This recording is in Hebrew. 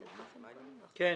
כן,